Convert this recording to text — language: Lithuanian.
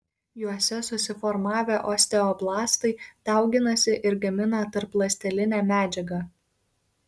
juose susiformavę osteoblastai dauginasi ir gamina tarpląstelinę medžiagą